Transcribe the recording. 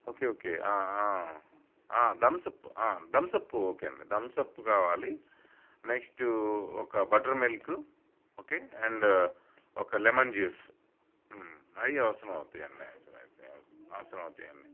okay okay అవును Thums Up Thums Up okay అండి Thums Up కావాలి నెక్స్ట్ ఒక బటర్మిల్క్ ఓకే అండ్ ఒక లెమన్ జ్యూస్ అవి అవసరం అవుతాయి అండి అవసరం అవుతాయి అవసరం అవుతాయి అండి